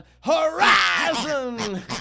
horizon